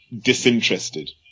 disinterested